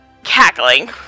Cackling